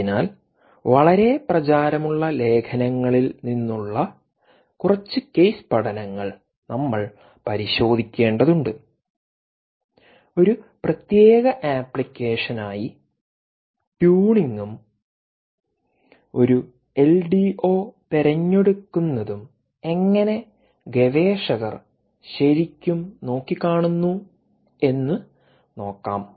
അതിനാൽ വളരെ പ്രചാരമുള്ള ലേഖനങ്ങളിൽ നിന്നുള്ള കുറച്ച് കേസ് പഠനങ്ങൾ നമ്മൾ പരിശോധിക്കേണ്ടതുണ്ട് ഒരു പ്രത്യേക ആപ്ലിക്കേഷനായി ട്യൂണിംഗും ഒരു എൽഡിഒ തിരഞ്ഞെടുക്കുന്നതും എങ്ങനെ ഗവേഷകർ ശരിക്കും നോക്കിക്കാണുന്നു എന്നു നോക്കാം